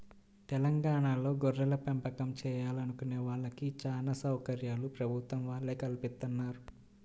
తెలంగాణాలో గొర్రెలపెంపకం చేయాలనుకునే వాళ్ళకి చానా సౌకర్యాలు ప్రభుత్వం వాళ్ళే కల్పిత్తన్నారు